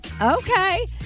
Okay